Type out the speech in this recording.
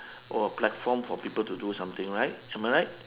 or a platform for people to do something right am I right